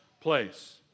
place